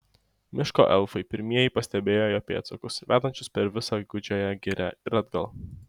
miško elfai pirmieji pastebėjo jo pėdsakus vedančius per visą gūdžiąją girią ir atgal